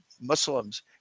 Muslims